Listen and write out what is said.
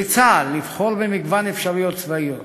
ולצה"ל, לבחור במגוון אפשרויות צבאיות.